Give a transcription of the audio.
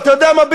ואתה יודע מה,